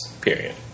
Period